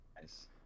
Nice